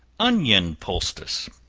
onion poultice.